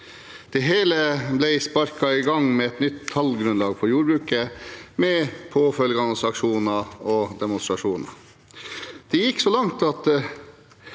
Det hele ble sparket i gang med et nytt tallgrunnlag for jordbruket, med påfølgende aksjoner og demonstrasjoner. Det gikk så langt at